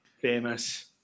famous